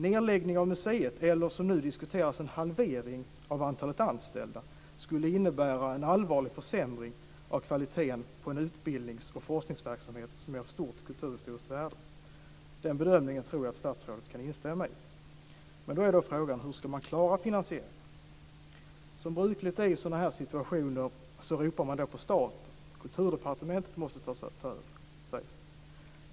Nedläggning av museet eller, som nu diskuteras, en halvering av antalet anställda skulle innebära en allvarlig försämring av kvaliteten på en utbildningsoch forskningsverksamhet som är av stort kulturhistoriskt värde. Den bedömningen tror jag att statsrådet kan instämma i. Men då är frågan hur man ska klara finansieringen. Som brukligt är i sådana här situationer ropar man på staten. Kulturdepartementet måste ta ansvar, sägs det.